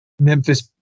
memphis